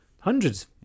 hundreds